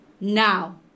now